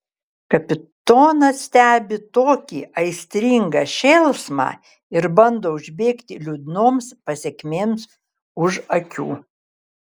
kapitonas stebi tokį aistringą šėlsmą ir bando užbėgti liūdnoms pasekmėms už akių